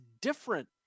different